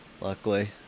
Luckily